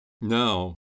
Now